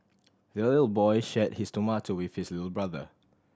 the little boy shared his tomato with his little brother